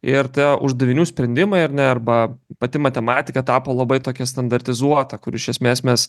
ir tie uždavinių sprendimai ar ne arba pati matematika tapo labai tokia standartizuota kur iš esmės mes